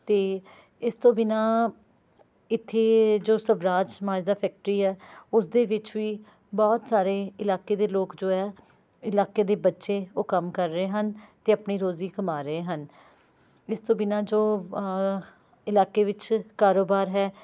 ਅਤੇ ਇਸ ਤੋਂ ਬਿਨਾਂ ਇੱਥੇ ਜੋ ਸਵਰਾਜ ਮਾਜਦਾ ਫੈਕਟਰੀ ਹੈ ਉਸ ਦੇ ਵਿੱਚ ਵੀ ਬਹੁਤ ਸਾਰੇ ਇਲਾਕੇ ਦੇ ਲੋਕ ਜੋ ਹੈ ਇਲਾਕੇ ਦੇ ਬੱਚੇ ਉਹ ਕੰਮ ਕਰ ਰਹੇ ਹਨ ਅਤੇ ਆਪਣੀ ਰੋਜ਼ੀ ਕਮਾ ਰਹੇ ਹਨ ਇਸ ਤੋਂ ਬਿਨਾਂ ਜੋ ਇਲਾਕੇ ਵਿੱਚ ਕਾਰੋਬਾਰ ਹੈ